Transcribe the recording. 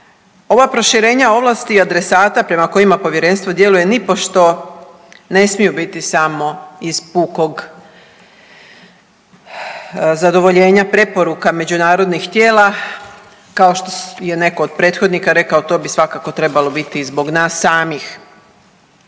Ova proširenja ovlasti adresata prema kojima povjerenstvo djeluje nipošto ne smiju biti samo iz pukog zadovoljenja preporuka međunarodnih tijela kao što je netko od prethodnika rekao to bi svakako trebalo biti zbog nas samih.